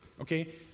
Okay